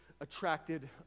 attracted